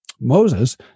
Moses